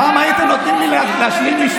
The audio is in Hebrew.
פעם הייתם נותנים לי להשלים משפט.